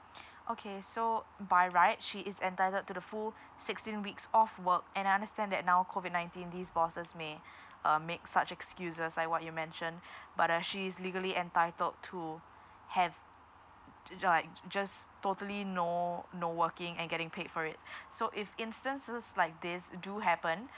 okay so by right she is entitled to the full sixteen weeks of work and I understand that now COVID nineteen these bosses may um make such excuses like what you mentioned but uh she is legally entitled to have ju~ ji~ just totally no no working and getting paid for it so if instances like these do happen